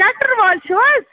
tractor وٲلۍ چھِو حظ